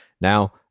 Now